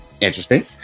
Interesting